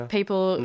People